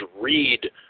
read